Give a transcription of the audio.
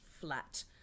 flat